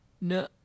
No